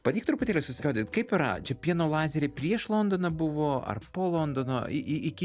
padėk truputėlį susigaudyt kaip yra čia pieno lazeriai prieš londoną buvo ar po londono i i iki